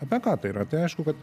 apie ką tai yra tai aišku kad